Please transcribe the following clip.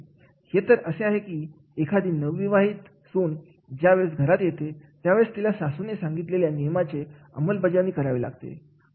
हे तर असे आहे की एखादी नवविवाहित सून ज्या वेळेस घरात येते त्यावेळेस तिला सासूने सांगितलेल्या नियमांचे अंमलबजावणी करावी लागते